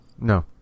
No